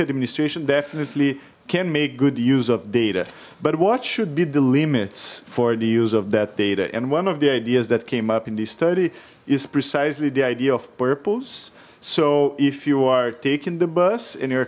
administration definitely can make good use of data but what should be the limits for the use of that data and one of the ideas that came up in this study is precisely the idea of purpose so if you are taking the bus and you're